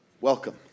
welcome